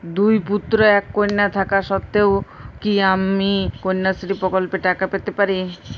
দুই পুত্র এক কন্যা থাকা সত্ত্বেও কি আমি কন্যাশ্রী প্রকল্পে টাকা পেতে পারি?